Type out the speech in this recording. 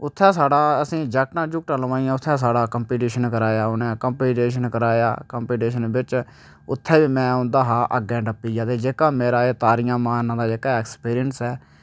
उत्थै साढ़ा असें ई जैक्टां जुक्टां लोआइयां उत्थै साढ़ा कंपीटिशन करोआया उ'नें कंपीटिशन करोआया कंपीटिशन बिच उत्थै बी में उं'दे शा अग्गें टप्पी गेआ जेह्का मेरा एह् तारियां मारने दा जेह्का ऐक्सपिरियंस ऐ